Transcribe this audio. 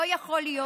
לא יכול להיות,